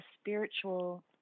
spiritual